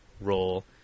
role